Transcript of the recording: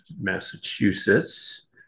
Massachusetts